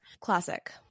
classic